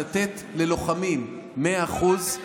לתת ללוחמים 100% אל תשקר.